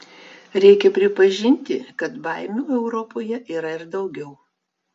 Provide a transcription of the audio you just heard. reikia pripažinti kad baimių europoje yra ir daugiau